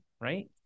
right